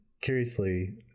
curiously